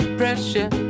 pressure